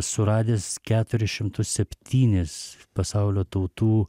suradęs keturis šimtus septynis pasaulio tautų